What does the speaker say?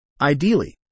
Ideally